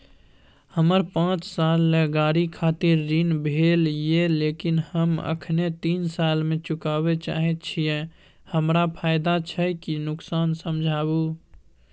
हमर पाँच साल ले गाड़ी खातिर ऋण भेल ये लेकिन हम अखने तीन साल में चुकाबे चाहे छियै हमरा फायदा छै की नुकसान समझाबू?